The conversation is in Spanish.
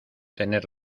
tener